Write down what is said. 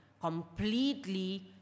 completely